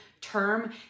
term